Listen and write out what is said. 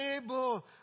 table